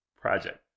project